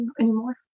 anymore